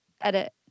edit